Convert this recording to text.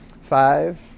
Five